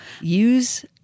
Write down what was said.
use